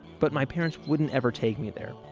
but my parents wouldn't ever take me there.